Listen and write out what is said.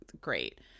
great